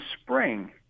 spring